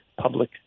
public